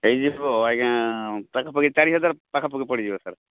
ହେଇଯିବ ଆଜ୍ଞା ପାଖାପାଖି ଚାରି ହଜାର୍ ପାଖାପାଖି ପଡ଼ିଯିବ ସାର୍